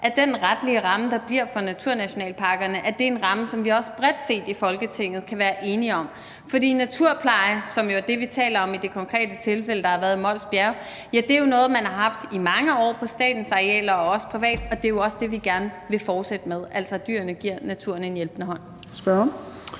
at den retlige ramme, der bliver for naturnationalparkerne, er en ramme, som vi også bredt set i Folketinget kan være enige om. For naturpleje, som jo er det, vi taler om i det konkrete tilfælde med Mols Bjerge, er jo noget, man har haft i mange år på statens arealer og også privat, og det er jo også det, vi gerne vil fortsætte med, altså at dyrene giver naturen en hjælpende hånd.